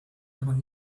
egon